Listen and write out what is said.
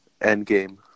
Endgame